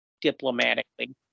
diplomatically